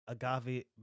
agave